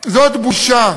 זאת בושה.